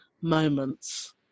moments